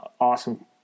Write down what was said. awesome